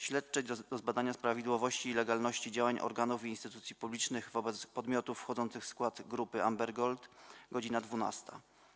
Śledczej do zbadania prawidłowości i legalności działań organów i instytucji publicznych wobec podmiotów wchodzących w skład Grupy Amber Gold - godz. 12,